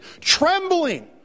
trembling